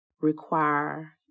require